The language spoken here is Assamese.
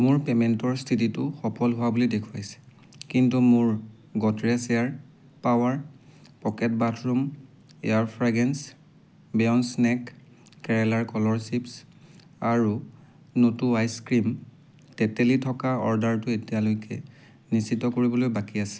মোৰ পে'মেণ্টৰ স্থিতিটো সফল হোৱা বুলি দেখুৱাইছে কিন্তু মোৰ Godrej air power pocket bathroom air fragrance beyond snack কেৰেলাৰ কলৰ চিপ্ছ আৰু নোটো আইচ ক্ৰীম তেতেলী থকা অৰ্ডাৰটো এতিয়ালৈকে নিশ্চিত কৰিবলৈ বাকী আছে